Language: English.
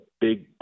big